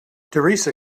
theresa